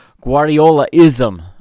Guardiola-ism